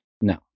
No